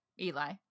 Eli